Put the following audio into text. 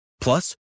Plus